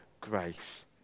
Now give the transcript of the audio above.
grace